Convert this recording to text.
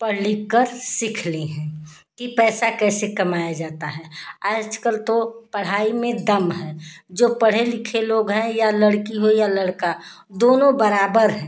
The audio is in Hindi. पढ़ लिखकर सीख ली है कि पैसा कैसे कमाया जाता है आजकल तो पढ़ाई में दम है जो पढ़े लिखे लोग हैं या लड़की हो या लड़का दोनों बराबर हैं